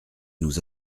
nous